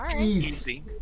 Easy